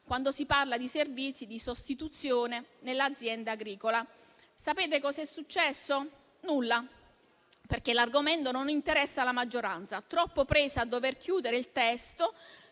quando si parla di servizi di sostituzione nell'azienda agricola. Sapete cosa è successo? Nulla, perché l'argomento non interessa alla maggioranza, troppo presa a dover chiudere il testo,